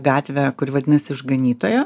gatvė kuri vadinasi išganytojo